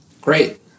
Great